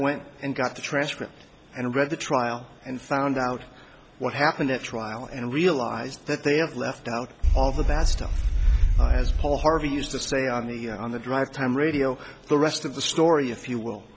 went and got the transcript and read the trial and found out what happened at trial and realized that they have left out all of that stuff as paul harvey used to say on the on the drive time radio the rest of the story if you will